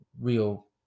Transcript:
real